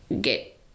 get